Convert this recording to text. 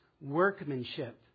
workmanship